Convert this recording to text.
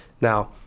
Now